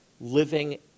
living